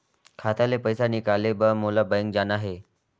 खाता ले पइसा निकाले बर मोला बैंक जाना हे?